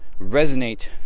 resonate